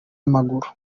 amaguru